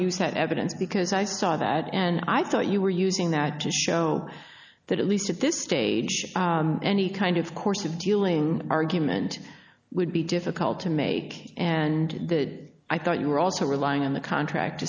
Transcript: to use that evidence because i saw that and i thought you were using that to show that at least at this stage any kind of course of dealing argument would be difficult to make and i thought you were also relying on the contract